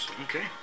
Okay